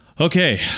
Okay